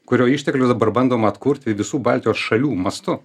kurio išteklius dabar bandoma atkurti visų baltijos šalių mastu